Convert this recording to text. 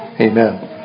Amen